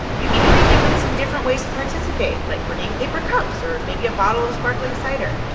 you can even give them some different ways to participate, like bringing paper cups or maybe a bottle of sparkling cider.